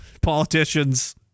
politicians